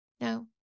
no